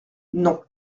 non